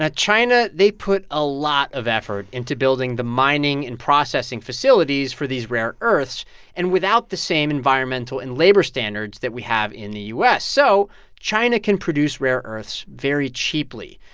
ah china, they put a lot of effort into building the mining and processing facilities for these rare earths and without the same environmental and labor standards that we have in the u s. so china can produce rare earths very cheaply.